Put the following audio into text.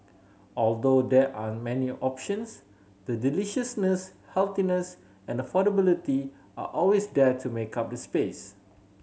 although there aren't many options the deliciousness healthiness and affordability are always there to make up the space